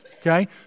okay